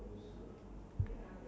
but not fully ah